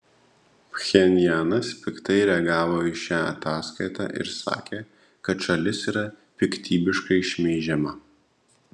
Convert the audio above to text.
pchenjanas piktai reagavo į šią ataskaitą ir sakė kad šalis yra piktybiškai šmeižiama